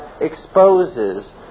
exposes